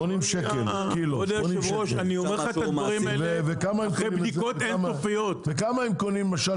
שמונים שקלים לקילו --- ובכמה הם קונים למשל